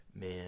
Man